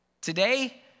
Today